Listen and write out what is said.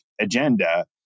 agenda